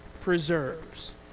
preserves